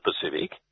Pacific